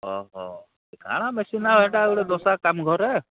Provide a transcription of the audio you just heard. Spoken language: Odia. ଓହୋ କା'ଣା ବେଶୀ ନାଇ ହୁଏ ହେଟା ଗୁଟେ ଦଶା କାମ୍ ଘର୍ ଆଏ